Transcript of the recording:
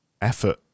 effort